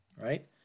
right